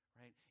right